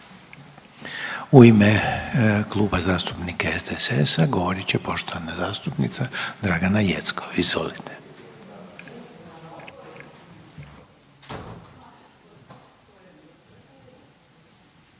U ime Kluba zastupnika SDSS-a govorit će poštovana zastupnica Dragana Jeckov. Izvolite.